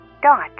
dot